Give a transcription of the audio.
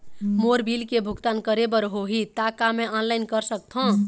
मोर bill के भुगतान करे बर होही ता का मैं ऑनलाइन कर सकथों?